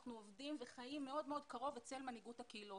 אנחנו עובדים וחיים מאוד מאוד קרוב אצל מנהיגות הקהילות.